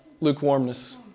lukewarmness